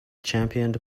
championed